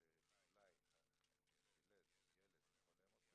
מנהלת המרכז הארצי להמופיליה,